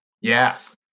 Yes